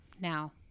now